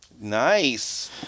Nice